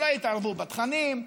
שלא יתערבו בתכנים,